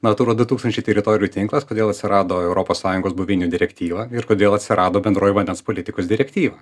natura du tūkstančiai teritorijų tinklas kodėl atsirado europos sąjungos buveinių direktyva ir kodėl atsirado bendroji vandens politikos direktyva